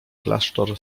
klasztor